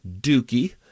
Dookie